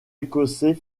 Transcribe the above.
écossais